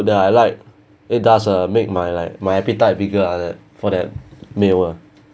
that I like it does uh make my like my appetite bigger ah that for that meal ah